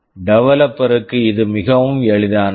எனவே developer devloper க்கு இது மிகவும் எளிதானது